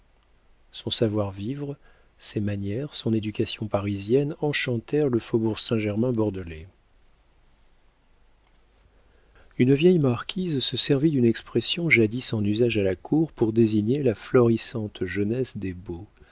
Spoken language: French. son savoir-vivre ses manières son éducation parisienne enchantèrent le faubourg saint-germain bordelais une vieille marquise se servit d'une expression jadis en usage à la cour pour désigner la florissante jeunesse des beaux